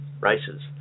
races